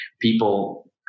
People